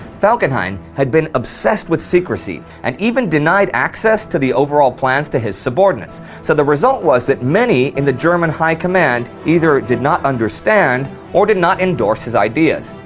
falkenhayn had been obsessed with secrecy and even denied access to the overall plans to his subordinates so the result was that many in the german high command either did not understand or did not endorse his ideas.